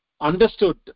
understood